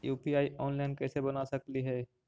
UPI online कैसे बना सकली हे?